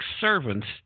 servants